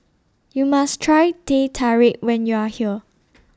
YOU must Try Teh Tarik when YOU Are here